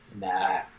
Nah